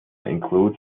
includes